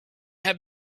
have